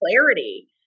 clarity